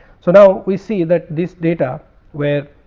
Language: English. so, now, we see that this data where